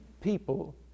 people